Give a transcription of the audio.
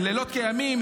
ברגע שמזכירים חבר כנסת,